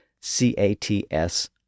C-A-T-S